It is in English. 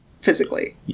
physically